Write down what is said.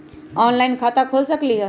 Online खाता खोल सकलीह?